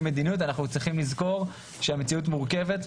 מדיניות אנחנו צריכים לזכור שהמציאות מורכבת,